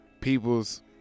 people's